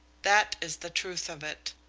that is the truth of it.